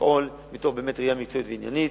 לפעול באמת מתוך ראייה מקצועית ועניינית.